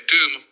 Doom